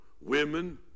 women